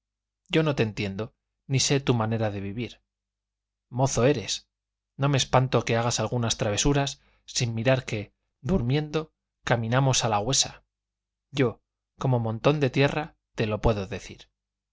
yo no te entiendo ni sé tu manera de vivir mozo eres no me espanto que hagas algunas travesuras sin mirar que durmiendo caminamos a la güesa yo como montón de tierra te lo puedo decir